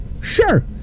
sure